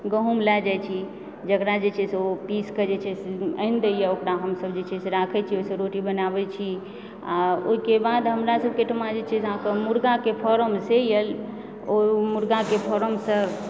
गहुँम लए जाइत छी जेकरा जे छै से ओ पीसकऽ जे छै से आनि देइए ओकरा हमसब जे छै से राखय छी ओहिसँ रोटी बनाबए छी आ ओहिके बाद हमरा सबकेँ एहिठिमा जे छै से मुर्गाके फारम से यऽ ओ मुर्गाके फारमसंँ